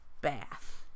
bath